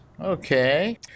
Okay